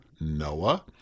Noah